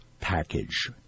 package